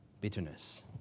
Bitterness